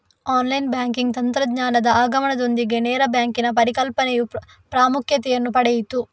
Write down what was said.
online banking ತಂತ್ರಜ್ಞಾನದ ಆಗಮನದೊಂದಿಗೆ ನೇರ ಬ್ಯಾಂಕಿನ ಪರಿಕಲ್ಪನೆಯು ಪ್ರಾಮುಖ್ಯತೆಯನ್ನು ಪಡೆಯಿತು